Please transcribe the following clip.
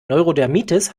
neurodermitis